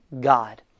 God